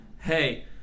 hey